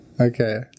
Okay